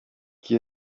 qui